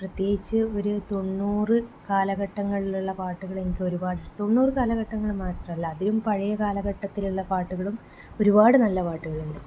പ്രത്യേകിച്ച് ഒരു തൊണ്ണൂറ് കാലഘട്ടങ്ങളിലുള്ള പാട്ടുകൾ എനിക്ക് ഒരുപാട് തൊണ്ണൂറ് കാലഘട്ടങ്ങൾ മാത്രമല്ല അതിലും പഴയ കാലഘട്ടത്തിലുള്ള പാട്ടുകളും ഒരുപാട് നല്ല പാട്ടുകളുണ്ട്